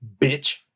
bitch